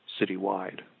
citywide